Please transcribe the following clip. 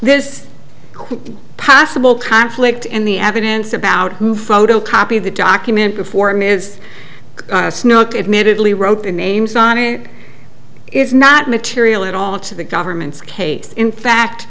this possible conflict in the evidence about who photocopy the document before him is snoeck admittedly wrote the names on it is not material at all to the government's case in fact